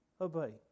obey